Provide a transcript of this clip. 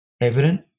evident